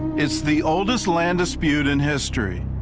it's the oldest land dispute in history.